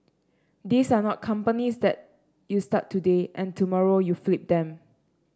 these are not companies that you start today and tomorrow you flip them